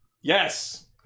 Yes